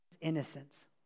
innocence